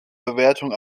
bewertung